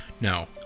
No